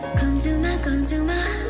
to my, come to my